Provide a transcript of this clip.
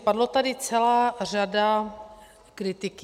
Padla tady celá řada kritiky.